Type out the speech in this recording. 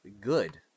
good